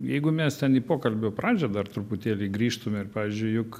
jeigu mes ten į pokalbio pradžią dar truputėlį grįžtume ir pavyzdžiui juk